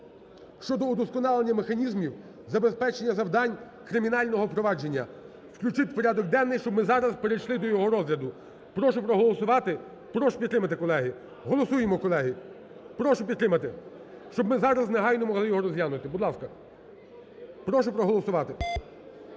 (щодо удосконалення механізмів забезпечення завдань кримінального провадження). Включити в порядок денний, щоб ми зараз перейшли до його розгляду. Прошу проголосувати. Прошу підтримати, колеги. Голосуємо, колеги. Прошу підтримати, щоб ми зараз негайно могли його розглянути. Будь ласка, прошу проголосувати.